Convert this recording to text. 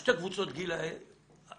שתי קבוצות הגיל האלה